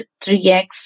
3x